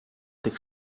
tych